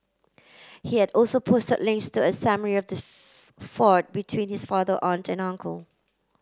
he had also posted links to a summary of the feud between his father aunt and uncle